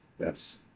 Yes